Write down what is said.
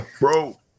bro